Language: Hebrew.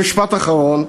משפט אחרון: